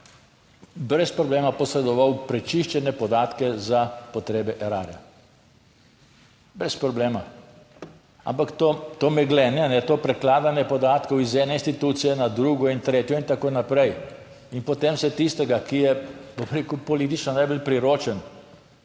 brez problema posredoval prečiščene podatke za potrebe Erarja, brez problema. Ampak to meglenje, to prekladanje podatkov iz ene institucije na drugo in tretjo in tako naprej. In potem se tistega, ki je, bom rekel, politično najbolj priročen,